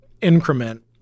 increment